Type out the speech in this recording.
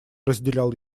разделял